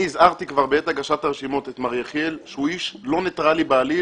אני הזהרתי כבר בעת הגשת הרשימות את מר יחיאל שהוא איש לא ניטרלי בעליל,